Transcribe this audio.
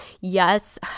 Yes